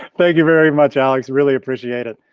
thank you very much, alex, really appreciate it.